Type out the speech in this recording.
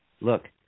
look